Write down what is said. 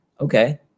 Okay